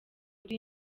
kuri